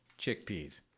chickpeas